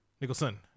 Nicholson